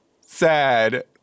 sad